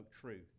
truth